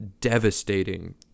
devastating